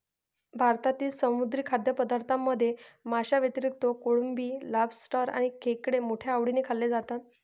भारतातील समुद्री खाद्यपदार्थांमध्ये माशांव्यतिरिक्त कोळंबी, लॉबस्टर आणि खेकडे मोठ्या आवडीने खाल्ले जातात